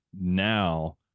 now